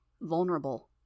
vulnerable